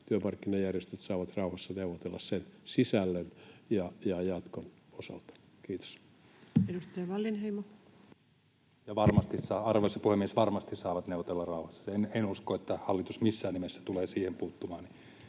työmarkkinajärjestöt saavat rauhassa neuvotella sen sisällön ja jatkon osalta. — Kiitos. Edustaja Wallinheimo. Arvoisa puhemies! Varmasti saavat neuvotella rauhassa. En usko, että hallitus missään nimessä tulee siihen puuttumaan,